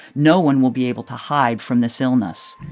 no one will be able to hide from this illness.